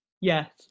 yes